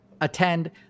attend